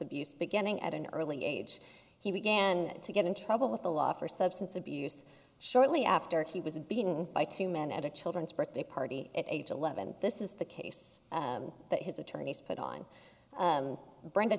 abuse beginning at an early age he began to get in trouble with the law for substance abuse shortly after he was beaten by two men at a children's birthday party at age eleven this is the case that his attorneys put on brenda